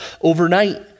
overnight